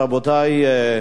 רבותי,